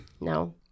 No